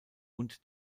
und